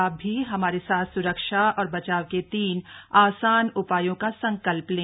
आप भी हमारे साथ सुरक्षा और बचाव के तीन आसान उपायों का संकल्प लें